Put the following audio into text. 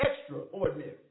extraordinary